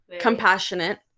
compassionate